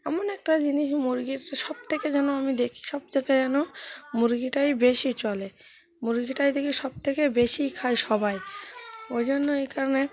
এমন একটা জিনিস মুরগির সবথেকে যেন আমি দেখি সবথেকে যেন মুরগিটাই বেশি চলে মুরগিটাই দেখি সবথেকে বেশি খায় সবাই ওই জন্য এই কারণে